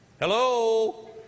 Hello